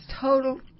total